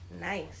Nice